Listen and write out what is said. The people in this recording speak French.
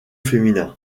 féminin